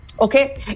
okay